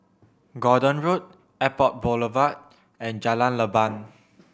Gordon Road Airport Boulevard and Jalan Leban